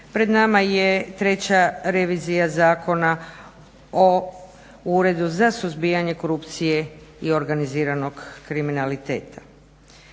izmjenama i dopunama zakona o Uredu za suzbijanje korupcije i organiziranog kriminaliteta